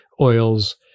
oils